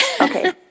Okay